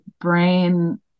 brain